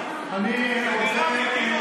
כמה ממשלות,